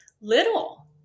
little